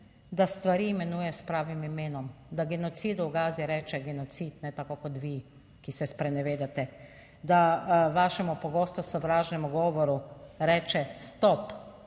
da stvari imenuje s pravim imenom, da genocidu v Gazi reče genocid, ne tako kot vi, ki se sprenevedate. Da vašemu pogosto sovražnemu govoru reče stop,